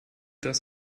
das